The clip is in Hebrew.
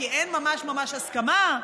כי אין ממש ממש הסכמה,